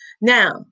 Now